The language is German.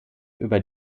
über